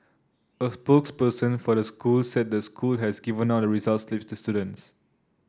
a spokesperson for the school said the school has given out the results slips to students